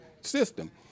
system